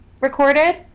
recorded